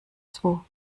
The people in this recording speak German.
zwo